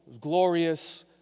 glorious